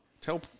Tell